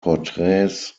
portraits